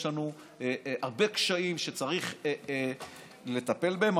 יש לנו הרבה קשיים שצריך לטפל בהם,